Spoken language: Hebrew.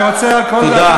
תודה.